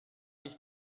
ich